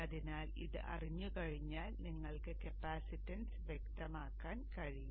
അതിനാൽ ഇത് അറിഞ്ഞുകഴിഞ്ഞാൽ നിങ്ങൾക്ക് കപ്പാസിറ്റൻസ് വ്യക്തമാക്കാൻ കഴിയും